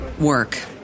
work